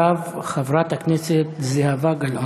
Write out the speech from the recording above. אחריו, חברת הכנסת זהבה גלאון.